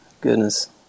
Goodness